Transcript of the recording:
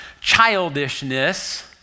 childishness